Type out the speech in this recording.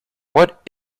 what